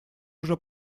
уже